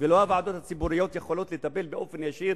ולא הוועדות הציבוריות יכולים לטפל באופן ישיר